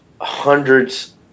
hundreds